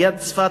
ליד צפת,